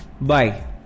Bye